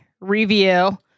review